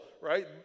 right